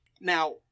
Now-